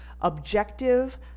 objective